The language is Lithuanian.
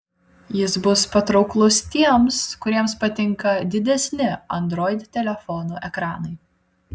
jis bus patrauklus tiems kuriems patinka didesni android telefonų ekranai